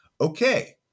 Okay